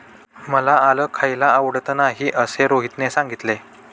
मला आलं खायला आवडत नाही असे रोहितने सांगितले